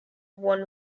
won